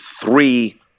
three